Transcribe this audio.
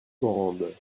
grande